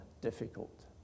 difficult